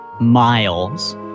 miles